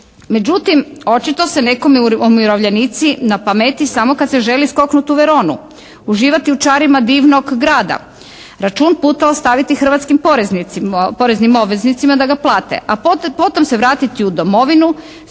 Međutim očito se nekome umirovljenici na pameti samo kad se želi skoknuti u Veronu, uživati u čarima divnog grada, račun puta ostaviti hrvatskim poreznicima, poreznim obveznicima da ga plate, a potom se vratiti u domovinu